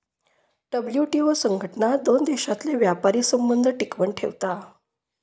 WTO संघटना दोन देशांतले व्यापारी संबंध टिकवन ठेवता